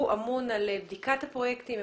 הוא אמון על בדיקת הפרויקטים?